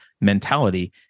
mentality